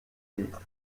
ministre